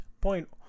point